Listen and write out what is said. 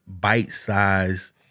bite-sized